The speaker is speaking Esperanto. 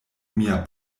mia